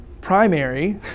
primary